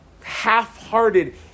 half-hearted